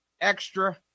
extra